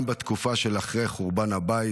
גם בתקופה שאחרי חורבן הבית